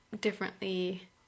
differently